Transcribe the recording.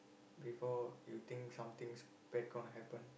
before you think something bad gonna happen